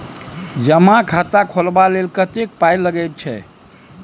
जमा खाता खोलबा लेल कतेक पाय लागय छै